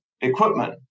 equipment